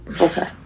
Okay